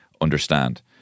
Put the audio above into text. understand